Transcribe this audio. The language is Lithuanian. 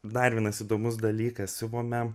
dar vienas įdomus dalykas siuvome